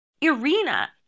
Irina